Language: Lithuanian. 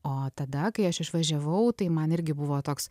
o tada kai aš išvažiavau tai man irgi buvo toks